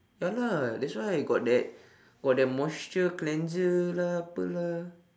ya lah that's why got that got that moisture cleanser lah apa lah